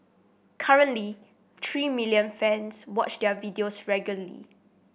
currently three million fans watch their videos regularly